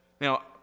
Now